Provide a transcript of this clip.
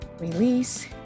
release